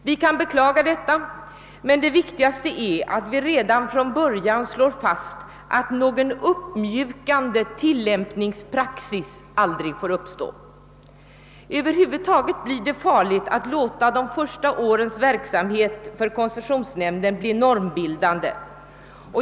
Vi kan beklaga detta, men det viktigaste är att vi redan från början slår fast att någon uppmjukande tillämpningspraxis aldrig får uppstå. Över huvud taget blir det farligt att låta de första årens verksamhet för koncessionsnämnden bli normbildande.